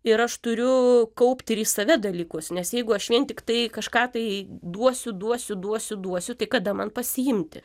ir aš turiu kaupt ir į save dalykus nes jeigu aš vien tiktai kažką tai duosiu duosiu duosiu duosiu tai kada man pasiimti